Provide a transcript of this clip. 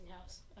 house